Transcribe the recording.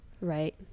right